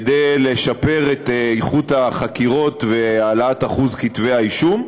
כדי לשפר את איכות החקירות ולהעלאת אחוז כתבי האישום.